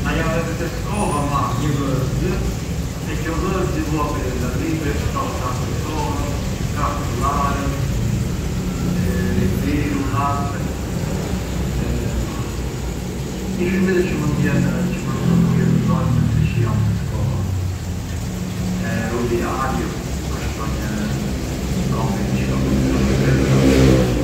Na je vete te skolla marr një vërxë, te këjo vërxe i vu abrënda libret çë ka ghuzar te skolla, kartularët, i biru, laspet, gjithë shurbiset çë mënd jenë… çë mënd më bujën mbzonjë mentri çë jam te skolla, u diariu, ku ka shkruanj i compiti çë ka bunj pran brënda.